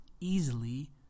easily